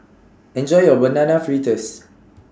Enjoy your Banana Fritters